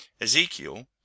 Ezekiel